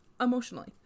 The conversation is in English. emotionally